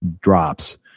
drops